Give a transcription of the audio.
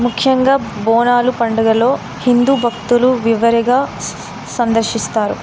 ముఖ్యంగా బోనాలు పండుగలో హిందూ భక్తులు విరివిగా సందర్శిస్తారు